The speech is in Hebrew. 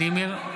זהו.